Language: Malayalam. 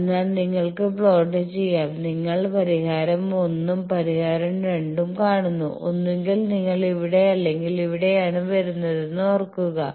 അതിനാൽ നിങ്ങൾക്ക് പ്ലോട്ട് ചെയാം നിങ്ങൾ ആ പരിഹാരം 1 ഉം പരിഹാരം 2 ഉം കാണുന്നു ഒന്നുകിൽ നിങ്ങൾ ഇവിടെ അല്ലെങ്കിൽ ഇവിടെയാണ് വരുന്നതെന്ന് ഓർക്കുക